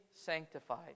sanctified